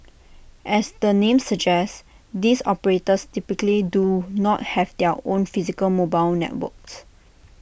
as the name suggests these operators typically do not have their own physical mobile networks